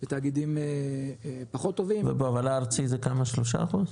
בתאגידים פחות טובים -- ובהובלה ארצי כמה זה 3%?